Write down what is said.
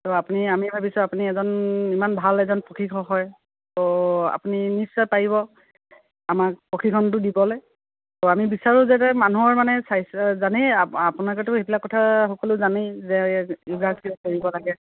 ত' আপুনি আমি ভাবিছোঁ আপুনি এজন ইমান ভাল এজন প্ৰশিক্ষক হয় ত' আপুনি নিশ্চয় পাৰিব আমাক প্ৰশিক্ষণটো দিবলৈ ত' আমি বিচাৰোঁ যে মানুহৰ মানে চাই জানেই আপো আপোনালোকেতো সেইবিলাক কথা সকলো জানেই যে য়ৌগা কিয় কৰিব লাগে